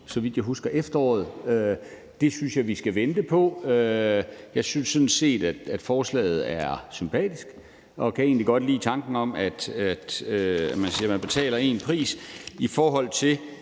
så vidt jeg husker. Det synes jeg vi skal vente på. Jeg synes sådan set, at forslaget er sympatisk, og jeg kan egentlig godt lide tanken om, at man siger, at man betaler én pris. I forhold til